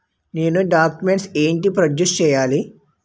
నేను డాక్యుమెంట్స్ ఏంటి ప్రొడ్యూస్ చెయ్యాలి?